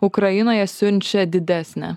ukrainoje siunčia didesnę